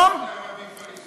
אין כזה דבר ערבים-פלסטינים.